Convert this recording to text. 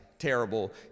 Terrible